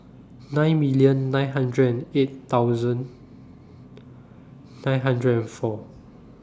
nine million nine hundred and eight thousand nine hundred four